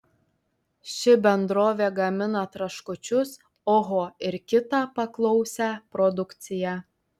ši bendrovė gamina traškučius oho ir kitą paklausią produkciją